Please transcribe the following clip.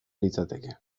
litzateke